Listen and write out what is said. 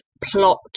plot